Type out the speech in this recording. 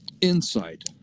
insight